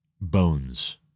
bones